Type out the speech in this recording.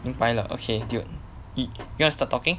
明白了 okay dude you you want start talking